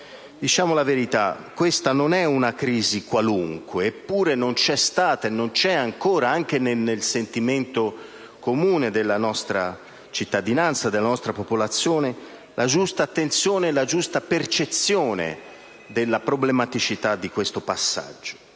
Diciamo la verità: questa non è una crisi qualunque. Eppure non ci sono state e non ci sono ancora, anche nel sentimento comune dei nostri cittadini e della nostra popolazione, la giusta tensione e la giusta percezione della problematicità di questo passaggio.